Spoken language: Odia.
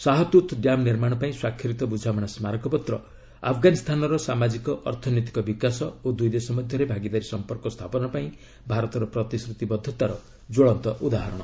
ଶାହତୁତ୍ ଡ୍ୟାମ୍ ନିର୍ମାଣ ପାଇଁ ସ୍ୱାକ୍ଷରିତ ବୁଝାମଣା ସ୍ମାରକପତ୍ର' ଆଫ୍ଗାନିସ୍ତାନର ସାମାଜିକ ଅର୍ଥନୈତିକ ବିକାଶ ଓ ଦୁଇ ଦେଶ ମଧ୍ୟରେ ଭାଗିଦାରୀ ସମ୍ପର୍କ ସ୍ଥାପନ ପାଇଁ ଭାରତର ପ୍ରତିଶ୍ରତିବଦ୍ଧତାର ଜ୍ୱଳନ୍ତ ଉଦାହରଣ